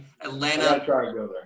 Atlanta